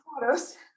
photos